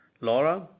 Laura